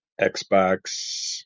Xbox